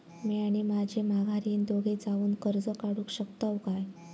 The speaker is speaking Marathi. म्या आणि माझी माघारीन दोघे जावून कर्ज काढू शकताव काय?